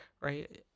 right